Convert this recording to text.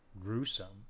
gruesome